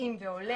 מתאים והולם.